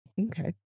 Okay